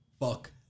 Fuck